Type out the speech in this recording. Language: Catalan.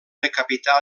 decapitar